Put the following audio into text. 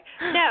no